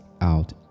out